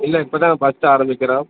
இல்லை இப்போ தான் பஸ்ட் ஆரமிக்கிறோம்